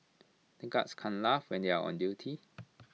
the guards can't laugh when they are on duty